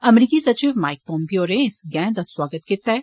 अमरीकी सचिव Mike Pompeo होरें इस गैंड दा सौआगत कीत्ता ऐ